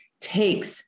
takes